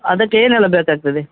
ಅದಕ್ಕೆ ಏನೆಲ್ಲ ಬೇಕಾಗ್ತದೆ